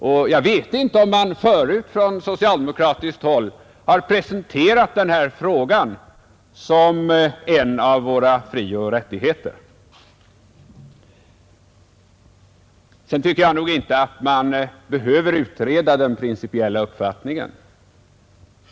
Och jag vet inte om man förut från socialdemokratiskt håll har presenterat denna fråga som en av våra frioch rättigheter. Sedan tycker jag nog inte att man behöver utreda den principiella sidan av saken.